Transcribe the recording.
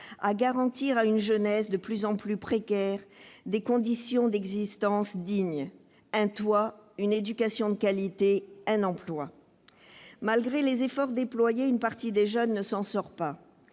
à garantir à une jeunesse de plus en plus précarisée des conditions d'existence dignes : un toit, une éducation de qualité, un emploi. Malgré les efforts déployés, une partie des jeunes ne s'en sort pas.